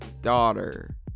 daughter